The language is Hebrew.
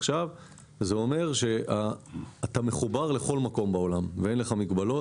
זה אומר שאתה מחובר לכל מקום בעולם ואין לך מגבלות.